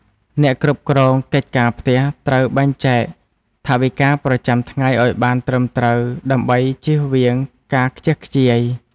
អ្នកគ្រប់គ្រងកិច្ចការផ្ទះត្រូវបែងចែកថវិកាប្រចាំថ្ងៃឱ្យបានត្រឹមត្រូវដើម្បីចៀសវាងការខ្ជះខ្ជាយ។